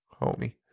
homie